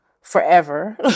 forever